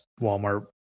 Walmart